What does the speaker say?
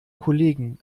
kollegen